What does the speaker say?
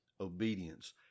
Obedience